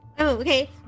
okay